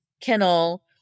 kennel